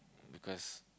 because